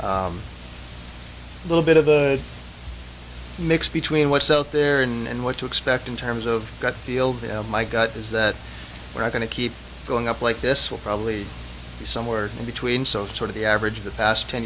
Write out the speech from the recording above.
little bit of a mix between what's out there and what to expect in terms of that field my gut is that we're going to keep going up like this will probably be somewhere in between so sort of the average the past ten